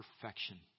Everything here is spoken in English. perfection